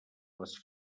les